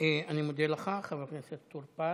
אני מודה לך, חבר הכנסת טור פז.